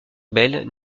bel